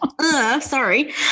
sorry